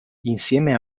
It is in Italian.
insieme